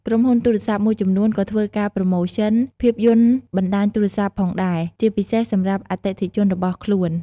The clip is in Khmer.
ក្រុមហ៊ុនទូរស័ព្ទមួយចំនួនក៏ធ្វើការប្រូម៉ូសិន ភាពយន្តបណ្តាញទូរស័ព្ទផងដែរ ជាពិសេសសម្រាប់អតិថិជនរបស់ខ្លួន។